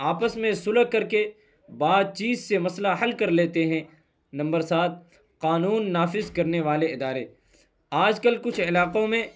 آپس میں صلح کر کے بات چیت سے مسئلہ حل کر لیتے ہیں نمبر سات قانون نافذ کرنے والے ادارے آج کل کچھ علاقوں میں